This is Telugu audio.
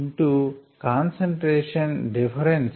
into concentration difference